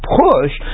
push